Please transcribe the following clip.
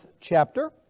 chapter